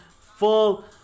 full